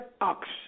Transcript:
ox